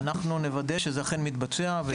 אנחנו נוודא שזה אכן מתבצע.